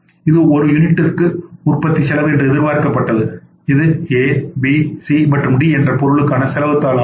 இது ஒரு யூனிட்டுக்கு உற்பத்தி செலவு என்று எதிர்பார்க்கப்படுகிறது இது எ பி சி மற்றும் டி என்ற பொருளுக்கான செலவுத் தாள் ஆகும்